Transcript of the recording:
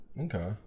Okay